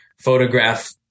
photograph